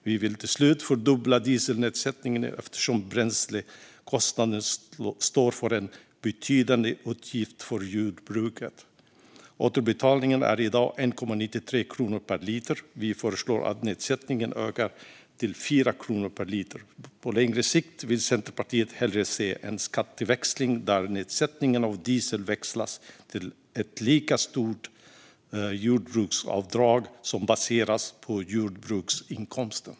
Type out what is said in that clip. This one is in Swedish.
Vi vill till slut fördubbla dieselnedsättningen, eftersom bränslekostnaden står för en betydande utgift för jordbruket. Återbetalningen är i dag 1,93 kronor per liter; vi föreslår att nedsättningen ökar till 4 kronor per liter. På längre sikt vill Centerpartiet hellre se en skatteväxling där nedsättningen av diesel växlas till ett lika stort jordbruksavdrag som baseras på jordbruksinkomsten.